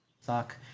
suck